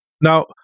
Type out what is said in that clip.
Now